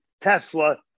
Tesla